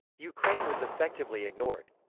ukraine was effectively ignored.